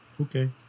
Okay